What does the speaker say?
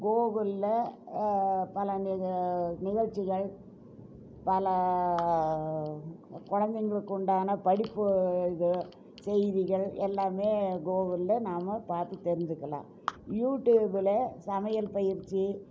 கூகுள்ல பல நிகழ்ச்சிகள் பல குழந்தைங்களுக்கு உண்டான படிப்பு இது செய்திகள் எல்லாம் கூகுள்ல நாம் பார்த்து தெரிஞ்சுக்கிலாம் யூடியூப்பில் சமையல் பயிற்சி